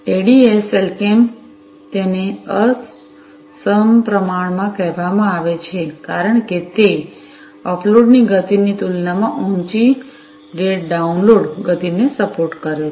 ADSL કેમ તેને અસમપ્રમાણ કહેવામાં આવે છે કારણ કે તે અપલોડની ગતિની તુલનામાં ઊંચી ડેટ ડાઉનલોડ ગતિને સપોર્ટ કરે છે